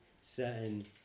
certain